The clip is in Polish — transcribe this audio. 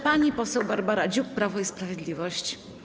Pani poseł Barbara Dziuk, Prawo i Sprawiedliwość.